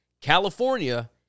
California